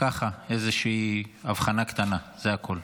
ככה, איזושהי אבחנה קטנה, זה הכול.